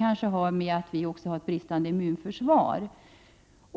har att göra med att vi har ett bristande immunförsvar.